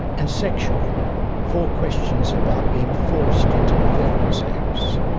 and sexual four questions about being forced into various acts.